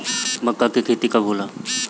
माका के खेती कब होला?